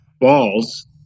balls